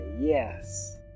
yes